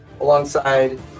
alongside